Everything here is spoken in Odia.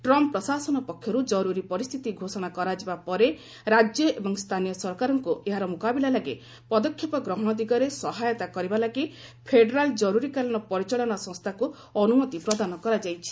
ଟ୍ରମ୍ପ ପ୍ରଶାସନ ପକ୍ଷରୁ ଜରୁରୀ ପରିସ୍ଥିତି ଘୋଷଣା କରାଯିବା ପରେ ରାଜ୍ୟ ଏବଂ ସ୍ଥାନୀୟ ସରକାରଙ୍କୁ ଏହାର ମୁକାବିଲା ଲାଗି ପଦକ୍ଷେପ ଗ୍ରହଣ ଦିଗରେ ସହାୟତା କରିବା ଲାଗି ଫେଡେରାଲ କରୁରୀକାଳୀନ ପରିଚାଳନା ସଂସ୍ଥାକୁ ଅନୁମତି ପ୍ରଦାନ କରାଯାଇଛି